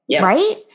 Right